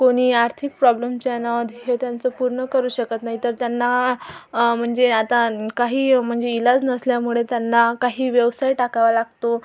कोणी आर्थिक प्रॉब्लेमच्या ना ध्येय त्यांचं पूर्ण करू शकत नाही तर त्यांना म्हणजे आता काही म्हणजे इलाज नसल्यामुळे त्यांना काही व्यवसाय टाकावा लागतो